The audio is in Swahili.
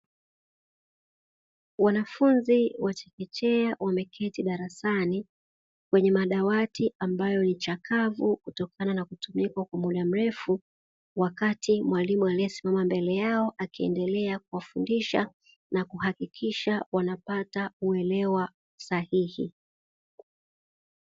Wanafunzi wa chekechea wameketi darasani kwenye madawati ambayo ni chakavu kutokana kukaa muda mrefu wakati mwalimu aliyesimama mbele yao akiendelea kuwafundisha na kuhakikisha wanapata uelewa sahihi.